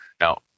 Now